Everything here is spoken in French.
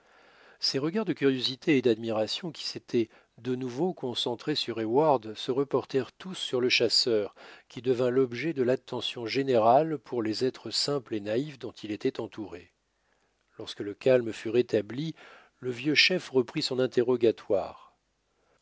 ces regards de curiosité et d'admiration qui s'étaient de nouveau concentrés sur heyward se reportèrent tous sur le chasseur qui devint l'objet de l'attention générale pour les êtres simples et naïfs dont il était entouré lorsque le calme fut rétabli le vieux chef reprit son interrogatoire